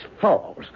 Falls